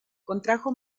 contrajo